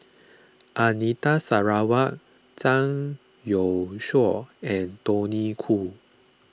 Anita Sarawak Zhang Youshuo and Tony Khoo